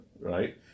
Right